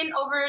over